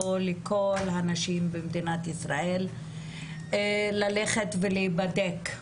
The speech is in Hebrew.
לכל הנשים במדינת ישראל ללכת ולהיבדק,